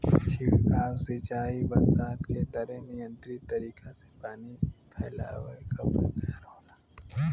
छिड़काव सिंचाई बरसात के तरे नियंत्रित तरीका से पानी फैलावे क प्रकार होला